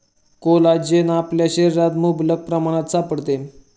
collagen आपल्या शरीरात मुबलक प्रमाणात सापडते